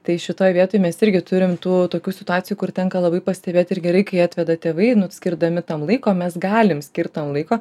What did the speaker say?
tai šitoj vietoj mes irgi turim tų tokių situacijų kur tenka labai pastebėt ir gerai kai atveda tėvai nu skirdami tam laiko mes galim skirt tam laiko